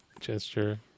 gesture